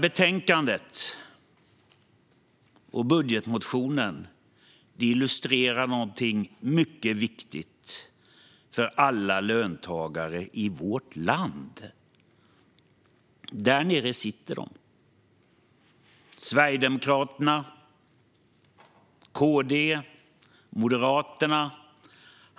Betänkandet och budgetmotionen illustrerar någonting mycket viktigt för alla löntagare i vårt land. Där nere sitter de, Sverigedemokraterna, KD och Moderaterna.